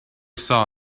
saw